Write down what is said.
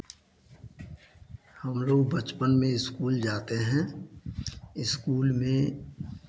हम लोग बचपन में स्कूल जाते हैं स्कूल में